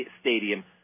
stadium